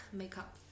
makeup